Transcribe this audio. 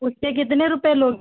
उसके कितने रुपये लोगी